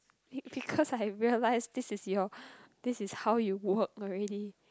b~ because I realise this is your this is how you work already